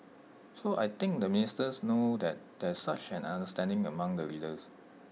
so I think the ministers know that there is such an understanding among the leaders